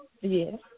Yes